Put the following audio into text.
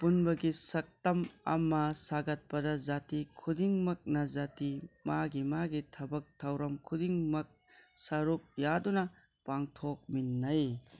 ꯑꯄꯨꯟꯕꯒꯤ ꯁꯛꯇꯝ ꯑꯃ ꯁꯥꯒꯠꯄꯗ ꯖꯥꯇꯤ ꯈꯨꯗꯤꯡꯃꯛꯅ ꯖꯥꯇꯤ ꯃꯥꯒꯤ ꯃꯥꯒꯤ ꯊꯕꯛ ꯊꯧꯔꯝ ꯈꯨꯗꯤꯡꯃꯛ ꯁꯔꯨꯛ ꯌꯥꯗꯨꯅ ꯄꯥꯡꯊꯣꯛꯃꯤꯟꯅꯩ